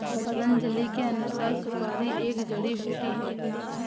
पतंजलि के अनुसार, सुपारी एक जड़ी बूटी है